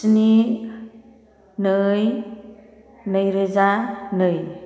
स्नि नै नैरोजा नै